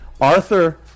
Arthur